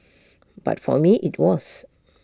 but for me IT was